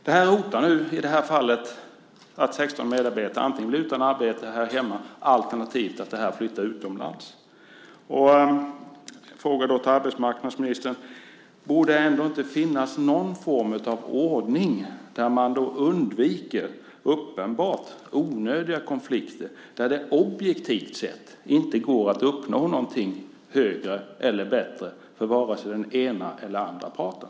Det här hotar i det här fallet att göra så att 16 medarbetare antingen blir utan arbete här hemma alternativt att det hela flyttar utomlands. Min fråga till arbetsmarknadsministern är: Borde det ändå inte finnas någon form av ordning där man undviker uppenbart onödiga konflikter där det objektivt sett inte går att uppnå någonting högre eller bättre för vare sig den ena eller den andra parten?